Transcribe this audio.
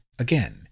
Again